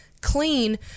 clean